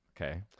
Okay